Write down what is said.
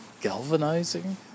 galvanizing